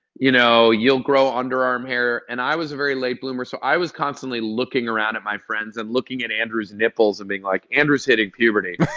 you know, you'll grow underarm hair. and i was a very late bloomer, so i was constantly looking around at my friends and looking at andrew's nipples and being like, andrew's hitting puberty.